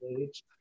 age